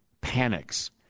panics